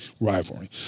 rivalry